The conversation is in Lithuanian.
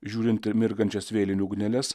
žiūrint į mirgančias vėlinių ugneles